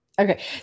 okay